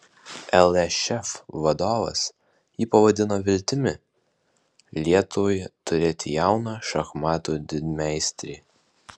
lšf vadovas jį pavadino viltimi lietuvai turėti jauną šachmatų didmeistrį